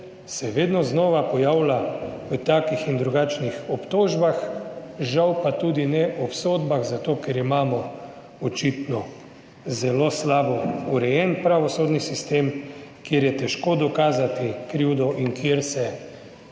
se vedno znova pojavlja v takih in drugačnih obtožbah, žal pa tudi ne obsodbah, zato ker imamo očitno zelo slabo urejen pravosodni sistem, kjer je težko dokazati krivdo in kjer se